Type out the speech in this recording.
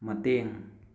ꯃꯇꯦꯡ